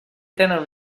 tenen